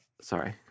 sorry